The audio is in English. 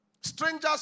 Strangers